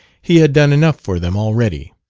he had done enough for them already.